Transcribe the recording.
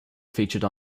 featured